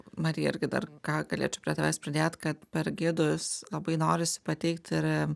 marija irgi dar ką galėčiau prie tavęs pridėt kad per gidus labai norisi pateikti ir